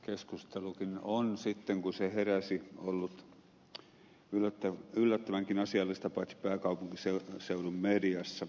keskustelukin on sitten kun se heräsi ollut yllättävänkin asiallista paitsi pääkaupunkiseudun mediassa